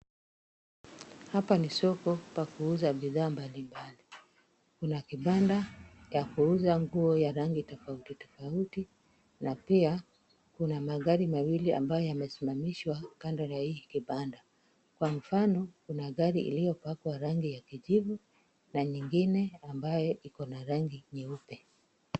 Hapa ni soko pa kuuza bidhaa mbalimbali. Kuna kibanda ya kuuza nguo ya rangi tofauti tofauti na pia, kuna magari mawili ambayo yamesimamishwa kando na hii kibanda. Kwa mfano, kuna gari iliyopakwa rangi ya kijivu na nyingine ambaye iko na rangi nyeupe.